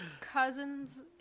cousin's